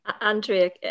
andrea